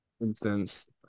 instance